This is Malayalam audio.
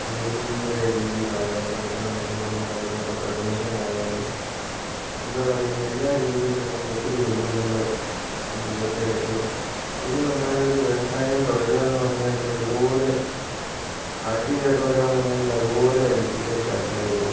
നികുതിയുടെ രീതിയില് ആയാലും അല്ലെന്ന് ഉണ്ടെങ്കിൽ നമുക്ക് അതിനുള്ള പെര്മിഷന് ആയാലും എന്താ പറയുന്നത് എല്ലാ രീതിയിലും നമുക്ക് ഒത്തിരി വെല്ലുവിളികൾ നമ്മൾ ഏറ്റെടുത്ത് ശരിക്കും പറഞ്ഞാൽ ഒരു വ്യവസായം തുടരുകയെന്ന് പറഞ്ഞാൽ അതുപോലെ പ്രാക്ടിക്കലായിട്ട് പറയുകയാണെന്നുണ്ടെങ്കിൽ അതുപോലെ ഡിഫിക്കല്റ്റ് ആയിട്ടുള്ള ഒരു